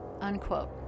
Unquote